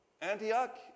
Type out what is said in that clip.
Antioch